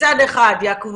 מצד אחד יעקבו